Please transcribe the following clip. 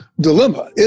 dilemma